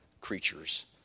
creatures